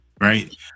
right